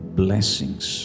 blessings